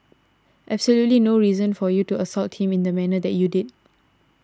absolutely no reason for you to assault him in the manner that you did